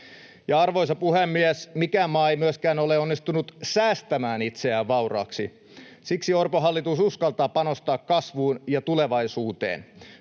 Arvoisa puhemies! Mikään maa ei myöskään ole onnistunut säästämään itseään vauraaksi. Siksi Orpon hallitus uskaltaa panostaa kasvuun ja tulevaisuuteen.